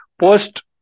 post